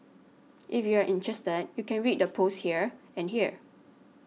if you're interested you can read the posts here and here